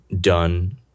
done